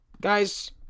Guys